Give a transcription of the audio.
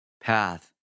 path